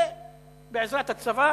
בעזרת הצבא